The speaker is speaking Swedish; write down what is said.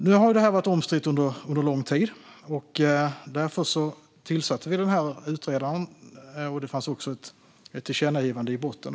Det här har varit omstritt under lång tid, och därför tillsatte vi den här utredningen. Det fanns också ett tillkännagivande i botten.